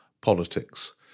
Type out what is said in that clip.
politics